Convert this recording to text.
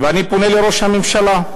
ואני פונה לראש הממשלה: